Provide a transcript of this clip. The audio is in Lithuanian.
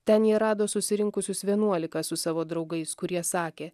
ten jie rado susirinkusius vienuolika su savo draugais kurie sakė